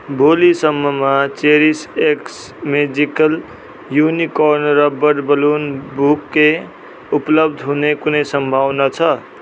भोलिसम्ममा cherish x magical unicorn rubber balloon bouquet उपलब्ध हुने कुनै सम्भावना छ